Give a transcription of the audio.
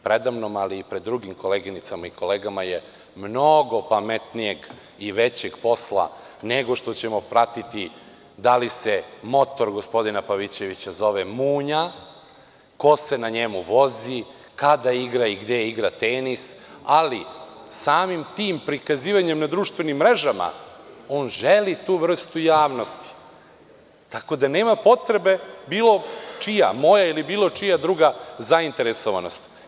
Predamnom, ali i pred drugim koleginicama i kolegama je mnogo pametnijeg i većeg posla, nego što ćemo pratiti da li se motor gospodina Pavićevića zove „Munja“, ko se na njemu vozi, kada igra i gde igra tenis, ali samim tim prikazivanjem na društvenim mrežama, on želi tu vrstu javnosti, tako da nema potrebe bilo čija, moja ili bilo čija druga zainteresovanost.